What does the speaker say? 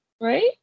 Right